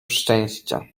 szczęścia